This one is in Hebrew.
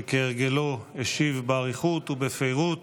שכהרגלו השיב באריכות ובפירוט